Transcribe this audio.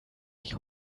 ich